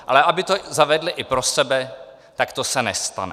Ale aby to zavedli i pro sebe, tak to se nestane.